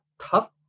tough